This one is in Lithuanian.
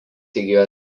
įgijo